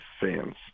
fans